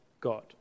God